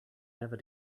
never